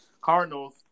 Cardinals